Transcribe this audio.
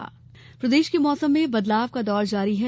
मौसम प्रदेश के मौसम में बदलाव का दौर जारी है